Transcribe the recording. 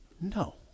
No